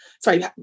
sorry